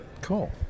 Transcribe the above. Cool